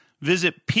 visit